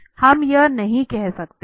हम यह नहीं कह सकते हैं